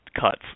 cuts